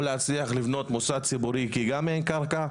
או להצליח לבנות מוסד ציבורי כי גם אין קרקע.